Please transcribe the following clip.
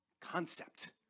concept